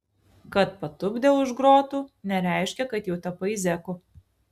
kad patupdė už grotų nereiškia kad jau tapai zeku